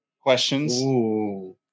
questions